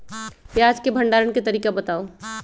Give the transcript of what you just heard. प्याज के भंडारण के तरीका बताऊ?